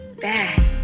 bad